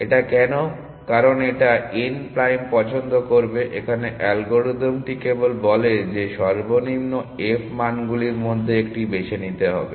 এটা কেন কারণ এটা n প্রাইম পছন্দ করবে এখানে অ্যালগরিদমটি কেবল বলে যে সর্বনিম্ন f মানগুলির মধ্যে একটি বেছে নিতে হবে